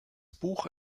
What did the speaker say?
buch